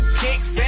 kicks